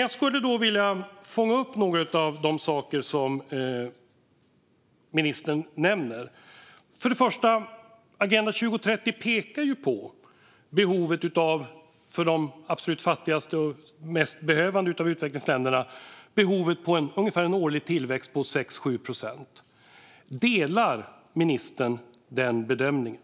Jag skulle vilja fånga upp några av de saker som ministern nämner. Först och främst pekar Agenda 2030 på behovet för de allra mest fattiga och behövande av utvecklingsländerna av ungefär en årlig tillväxt på 6-7 procent. Delar ministern den bedömningen?